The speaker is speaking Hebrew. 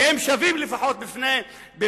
שהם שווים לפחות בפני